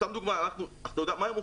סתם לדוגמה, מה הם עושים?